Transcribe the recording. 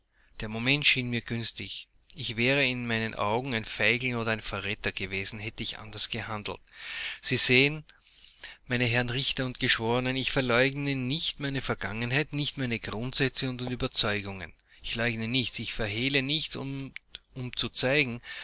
der moment schien mir günstig ich wäre in meinen eigenen augen ein feigling oder ein verräter gewesen hätte ich anders gehandelt sie sehen meine herren richter und geschworenen ich verleugne nicht meine vergangenheit nicht meine grundsätze und überzeugungen ich leugne nichts ich verhehle nichts und um zu zeigen